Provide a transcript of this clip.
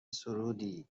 سرودی